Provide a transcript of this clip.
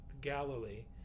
galilee